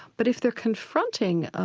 but if they're confronting,